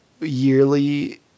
yearly